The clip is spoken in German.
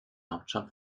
hauptstadt